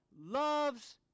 loves